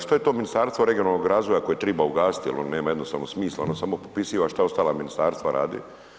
Što je to Ministarstvo regionalnog razvoja, koje treba ugasiti jer on nema jednostavno smisla, ono samo popisiva šta ostala ministarstva rade.